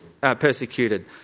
persecuted